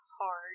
hard